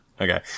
Okay